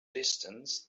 distance